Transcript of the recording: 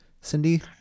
Cindy